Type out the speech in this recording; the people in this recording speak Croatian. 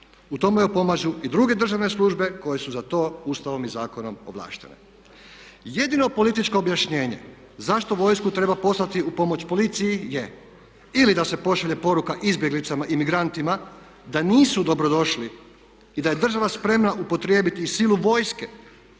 U tomu joj pomažu i druge državne službe koje su za to Ustavom i zakonom ovlaštene. Jedino političko objašnjenje zašto vojsku treba poslati u pomoć policiji je ili da se pošalje poruka izbjeglicama i migrantima da nisu dobrodošli i da je država spremna upotrijebiti i silu vojske